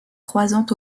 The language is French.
croisant